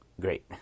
Great